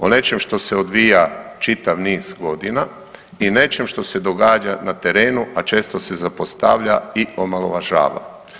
O nečem što se odvija čitav niz godina i nečem što se događa na terenu, a često se zapostavlja i omalovažava.